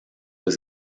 was